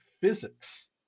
physics